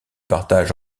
partage